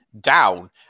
down